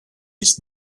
ist